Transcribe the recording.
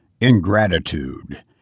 ingratitude